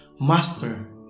Master